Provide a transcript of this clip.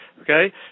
okay